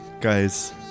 Guys